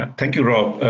and thank you, rob.